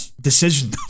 decision